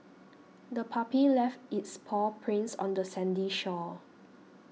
the puppy left its paw prints on the sandy shore